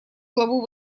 главу